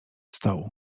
stołu